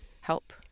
help